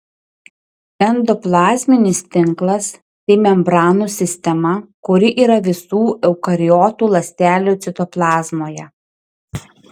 endoplazminis tinklas tai membranų sistema kuri yra visų eukariotų ląstelių citoplazmoje